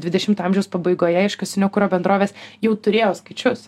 dvidešimto amžiaus pabaigoje iškastinio kuro bendrovės jau turėjo skaičius